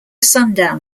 sundown